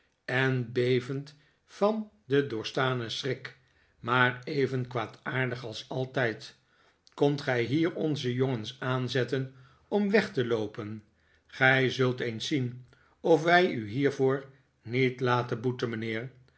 en bevend van den doorgestanen schrik maar even kwaadaardig als altijd komt gij hier onze jongens aanzetten om weg te loopen gij zult eens zien of wij u hiervoor niet laten boeten mijnheer